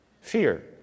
Fear